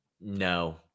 no